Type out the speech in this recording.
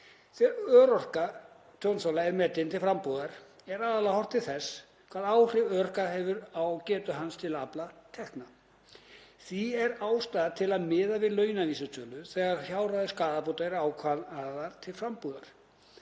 Þegar örorka tjónþola er metin til frambúðar er aðallega horft til þess hvaða áhrif örorka hefur á getu hans til að afla tekna. Því er ástæða til að miða við launavísitölu þegar fjárhæðir skaðabóta eru ákvarðaðar til frambúðar.